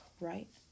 right